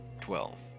twelve